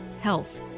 health